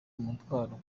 umutwaro